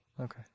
Okay